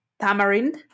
tamarind